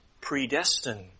predestined